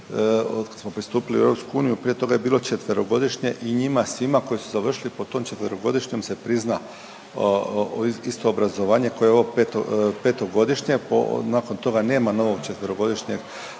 otkad smo pristupili u EU, prije toga je bilo 4-godišnje i njima svima koji su završili po tom 4-godišnjem se prizna isto obrazovanje kao i ovo 5-godišnje, nakon toga nema novog 4-godišnjeg